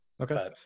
okay